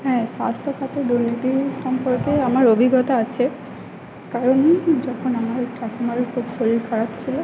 হ্যাঁ স্বাস্থ্যখাতে দুর্নীতি সম্পর্কে আমার অভিজ্ঞতা আছে কারণ যখন আমার ঠাকুমার খুব শরীর খারাপ ছিল